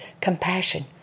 Compassion